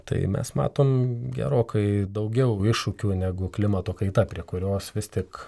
tai mes matom gerokai daugiau iššūkių negu klimato kaita prie kurios vis tik